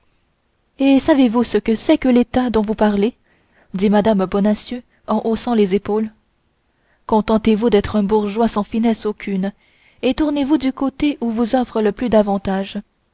et savez-vous ce que c'est que l'état dont vous parlez dit mme bonacieux en haussant les épaules contentez-vous d'être un bourgeois sans finesse aucune et tournez-vous du côté qui vous offre le plus d'avantages